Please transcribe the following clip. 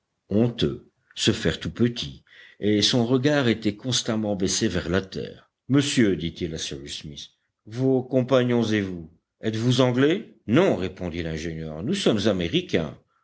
honteux se faire tout petit et son regard était constamment baissé vers la terre monsieur dit-il à cyrus smith vos compagnons et vous êtes-vous anglais non répondit l'ingénieur nous sommes américains